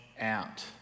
out